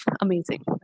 Amazing